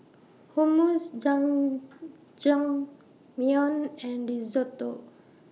Hummus Jajangmyeon and Risotto